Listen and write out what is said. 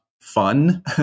fun